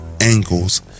angles